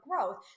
growth